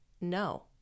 no